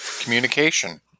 communication